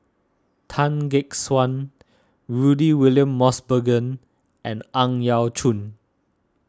Tan Gek Suan Rudy William Mosbergen and Ang Yau Choon